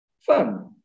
fun